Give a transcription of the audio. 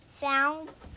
found